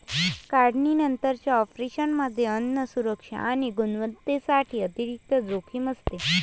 काढणीनंतरच्या ऑपरेशनमध्ये अन्न सुरक्षा आणि गुणवत्तेसाठी अतिरिक्त जोखीम असते